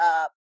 up